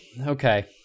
Okay